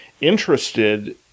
interested